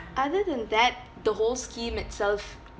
other than that the whole scheme itself